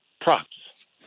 props